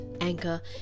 Anchor